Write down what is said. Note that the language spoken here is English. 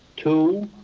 two,